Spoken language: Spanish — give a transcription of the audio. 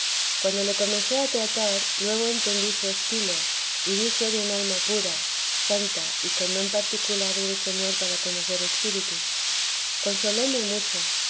como le comencé a tratar luego entendí su estilo y vi ser un alma pura y santa y con don particular del señor para conocer espíritus consoléme mucho